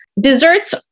Desserts